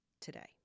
today